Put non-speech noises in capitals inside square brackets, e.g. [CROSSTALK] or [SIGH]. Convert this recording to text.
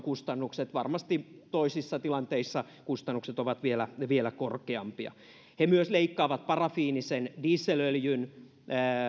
[UNINTELLIGIBLE] kustannukset varmasti toisissa tilanteissa kustannukset ovat vielä vielä korkeampia he myös leikkaavat parafiinisen dieselöljyn